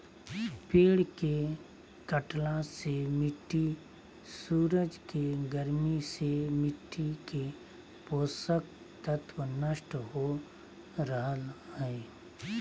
पेड़ के कटला से मिट्टी सूरज के गर्मी से मिट्टी के पोषक तत्व नष्ट हो रहल हई